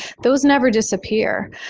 those never disappear.